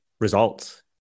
results